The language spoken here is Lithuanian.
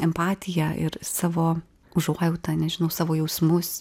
empatiją ir savo užuojautą nežinau savo jausmus